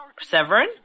Severin